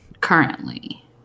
Currently